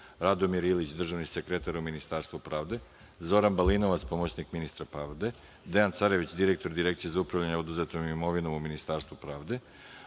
Radomir Ilić, državni sekretar u Ministarstvu pravde, Zoran Balinovac, pomoćnik ministra pravde, Dejan Carević, direktor Direkcije za upravljanje oduzetom imovinom u Ministarstvu pravde,